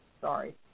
Sorry